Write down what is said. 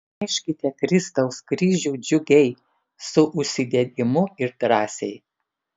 neškite kristaus kryžių džiugiai su užsidegimu ir drąsiai